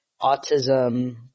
autism